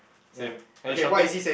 same and he's shouting